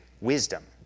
wisdom